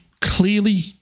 clearly